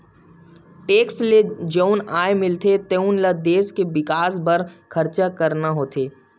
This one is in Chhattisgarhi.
टेक्स ले जउन आय मिलथे तउन ल देस के बिकास बर खरचा करना होथे